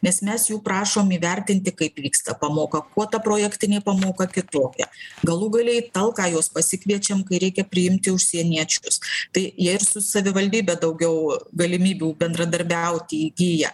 nes mes jų prašom įvertinti kaip vyksta pamoka kuo ta projektinė pamoka kitokia galų gale į talką juos pasikviečiam kai reikia priimti užsieniečius tai jie ir su savivaldybe daugiau galimybių bendradarbiauti įgyja